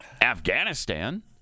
Afghanistan